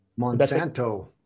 Monsanto